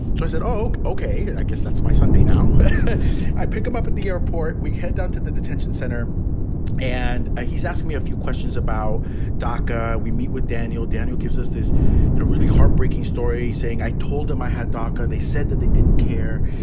so i said, ok, ok, i guess that's my sunday. now i pick him up at the airport, we head down to the detention center and he's asking me a few questions about daca. we meet with daniel. daniel gives us this you know really heartbreaking story saying i told him i had doca. they said that they didn't care.